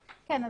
כן,